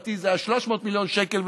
בתקופתי זה היה 300 מיליון שקל,